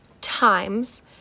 times